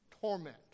torment